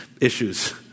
issues